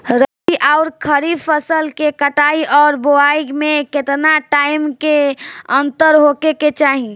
रबी आउर खरीफ फसल के कटाई और बोआई मे केतना टाइम के अंतर होखे के चाही?